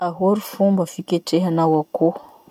Ahoa ro fomba fiketrehanao akoho?